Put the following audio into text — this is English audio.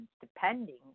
depending